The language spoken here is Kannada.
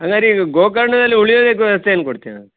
ಹಂಗಾರೆ ರೀ ಗೋಕರ್ಣದಲ್ಲಿ ಉಳಿಯೋದಕ್ಕೆ ವ್ಯವಸ್ಥೆ ಏನು ಕೊಡ್ತೀರಾ